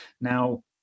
Now